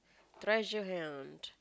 treasure hunt